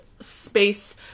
Space